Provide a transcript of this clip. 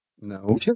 No